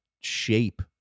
shape